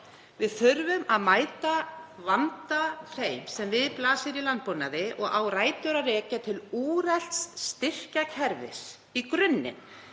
Við þurfum að mæta þeim vanda sem við blasir í landbúnaði og á rætur að rekja til úrelts styrkjakerfis í grunninn